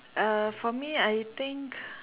uh for me I think